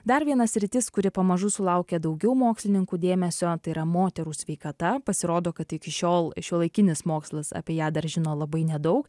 dar viena sritis kuri pamažu sulaukia daugiau mokslininkų dėmesio tai yra moterų sveikata pasirodo kad iki šiol šiuolaikinis mokslas apie ją dar žino labai nedaug